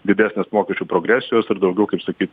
didesnės mokesčių progresijos ir daugiau kaip sakyt